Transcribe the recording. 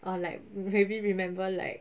or like really remember like